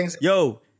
Yo